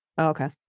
Okay